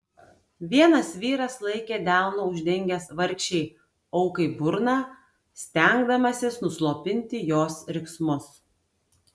vienas vyras laikė delnu uždengęs vargšei aukai burną stengdamasis nuslopinti jos riksmus